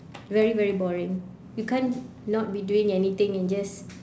very very boring you can't not be doing anything and just